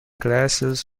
glasses